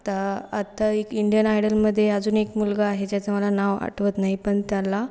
आत्ता आत्ता एक इंडियन आयडलमध्ये अजून एक मुलगा आहे ज्याचा मला नाव आठवत नाही पण त्याला